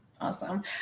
Awesome